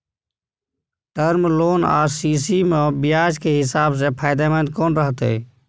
Term loan आ CC म ब्याज के हिसाब से फायदेमंद कोन रहते?